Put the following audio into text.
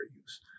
use